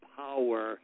power